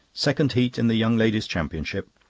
second heat in the young ladies' championship.